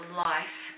life